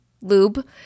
lube